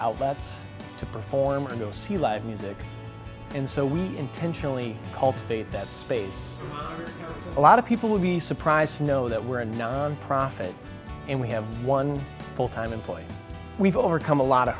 outlets to perform and go see live music and so we intentionally cultivate that space a lot of people would be surprised to know that we're a nonprofit and we have one full time employee we've overcome a lot of